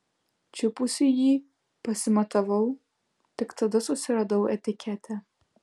čiupusi jį pasimatavau tik tada susiradau etiketę